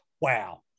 Wow